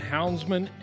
Houndsman